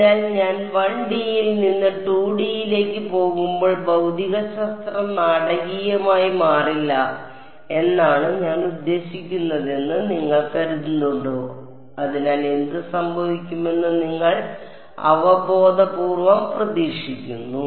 അതിനാൽ ഞാൻ 1D യിൽ നിന്ന് 2D യിലേക്ക് പോകുമ്പോൾ ഭൌതികശാസ്ത്രം നാടകീയമായി മാറില്ല എന്നാണ് ഞാൻ ഉദ്ദേശിക്കുന്നതെന്ന് നിങ്ങൾ കരുതുന്നുണ്ടോ അതിനാൽ എന്ത് സംഭവിക്കുമെന്ന് നിങ്ങൾ അവബോധപൂർവ്വം പ്രതീക്ഷിക്കുന്നു